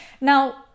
Now